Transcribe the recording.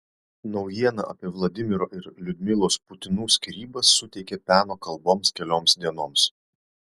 naujiena apie vladimiro ir liudmilos putinų skyrybas suteikė peno kalboms kelioms dienoms